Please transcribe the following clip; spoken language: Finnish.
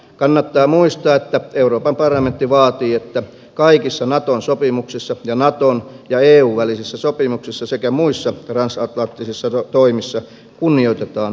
kannattaa muistaa että euroopan parlamentti vaatii että kaikissa naton sopimuksissa ja na ton ja eun välisissä sopimuksissa sekä muissa transatlanttisissa toimissa kunnioitetaan perusoikeuksia